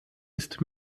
ist